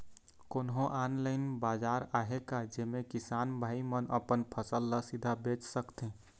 कोन्हो ऑनलाइन बाजार आहे का जेमे किसान भाई मन अपन फसल ला सीधा बेच सकथें?